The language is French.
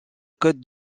côte